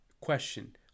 question